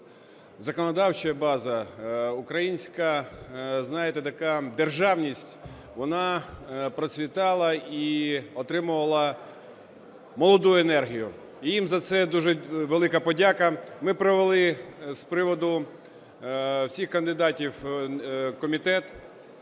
законодавча база, українська, знаєте, така державність, вона процвітала і отримувала молоду енергію. І їм за це дуже велика подяка. Ми провели з приводу всіх кандидатів комітет.